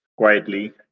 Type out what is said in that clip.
quietly